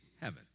heaven